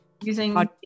using